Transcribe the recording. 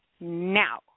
now